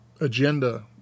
agenda